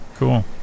Cool